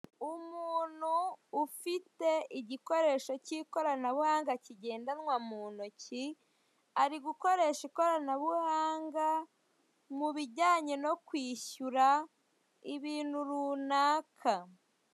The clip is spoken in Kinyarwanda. Umuntu ufite igikoresho cy'ikoranabuhanga kigendanwa mu ntoki ari gukoresha ikoranabuhanga mu bijyanye no kwishyura ibintu runaka.